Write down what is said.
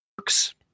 works